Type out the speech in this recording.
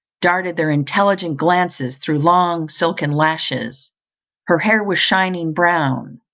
darted their intelligent glances through long silken lashes her hair was shining brown,